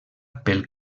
pel